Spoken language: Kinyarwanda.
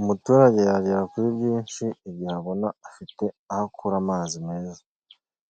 Umuturage yagera kuri byinshi igihe abona afite aho akora amazi meza.